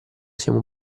siamo